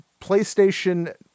PlayStation